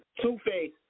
Two-Face